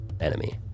enemy